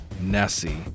Nessie